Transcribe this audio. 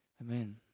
Amen